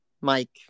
Mike